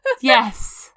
yes